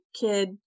kid